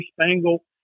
spangle